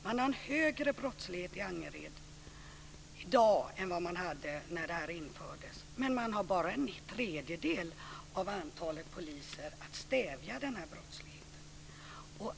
Man har en högre brottslighet i Angered i dag än man hade när detta infördes, men man har bara en tredjedel av antalet poliser att stävja den brottsligheten med.